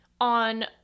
On